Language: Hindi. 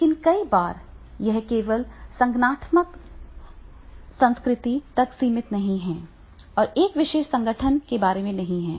लेकिन कई बार यह केवल संगठनात्मक संस्कृति तक सीमित है और एक विशेष संगठन के बारे में है